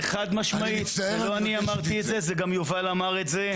זה חד-משמעית, זה גם יובל אמר את זה.